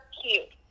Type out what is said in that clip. cute